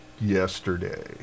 yesterday